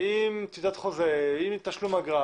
עם חוזה ועם תשלום אגרה